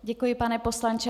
Děkuji, pane poslanče.